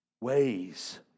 Ways